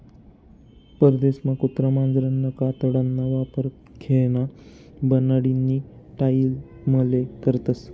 परदेसमा कुत्रा मांजरना कातडाना वापर खेयना बनाडानी टाईमले करतस